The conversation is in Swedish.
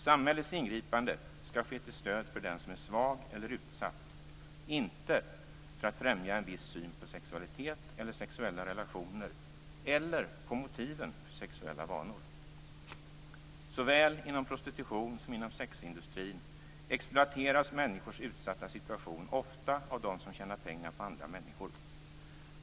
Samhällets ingripanden skall ske till stöd för den som är svag eller utsatt - inte för att främja en viss syn på sexualitet eller sexuella relationer eller på motiven för sexuella vanor. Såväl inom prostitution som inom sexindustrin exploateras människors utsatta situation ofta av dem som tjänar pengar på andra människor.